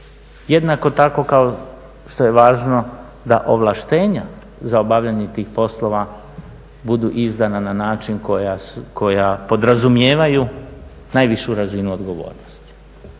jednako tako kao što je važno da ovlaštenja za obavljanje tih poslova budu izdana na način koja podrazumijevaju najvišu razinu odgovornosti.